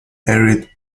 arid